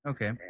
Okay